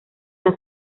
está